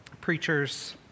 preachers